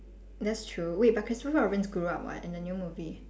that's true wait but christopher-robin grew up [what] in the new movie